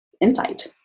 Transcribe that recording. insight